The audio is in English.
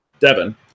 Devin